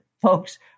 Folks